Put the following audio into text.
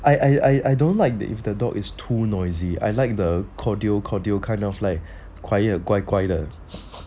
I I don't like that if the dog is too noisy I like the corgi corgi kind of like quiet 乖乖的